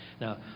now